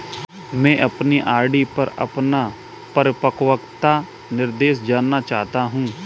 मैं अपनी आर.डी पर अपना परिपक्वता निर्देश जानना चाहता हूँ